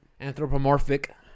Anthropomorphic